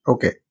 Okay